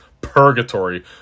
purgatory